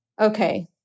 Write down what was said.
okay